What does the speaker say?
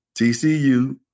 TCU